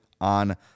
on